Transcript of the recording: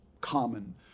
common